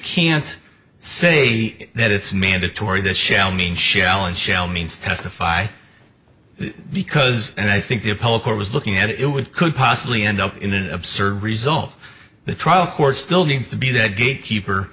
can't say that it's mandatory that shall mean shall and shall means testify because and i think the appellate court was looking at it would could possibly end up in an absurd result the trial court still needs to be that gate keeper